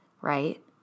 Right